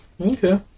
Okay